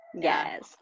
Yes